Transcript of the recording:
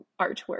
artwork